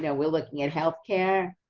yeah we're looking at healthcare,